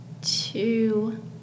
two